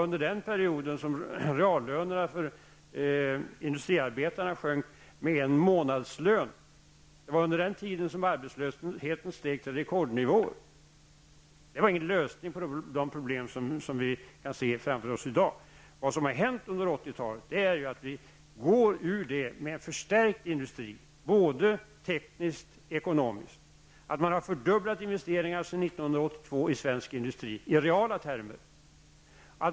Under den perioden sjönk reallönerna för industriarbetarna med en månadslön. Under den tiden steg arbetslösheten till rekordnivåer. Det var ingen lösning på de problem som vi kan se framför oss i dag. Under 80-talet har man tagit sig ur den situationen med hjälp av en förstärkt industri, både tekniskt och ekonomiskt. Sedan 1982 har man fördubblat investeringarna i svensk industri i reala termer.